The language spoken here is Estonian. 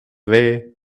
vee